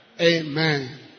Amen